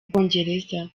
bwongereza